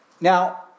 Now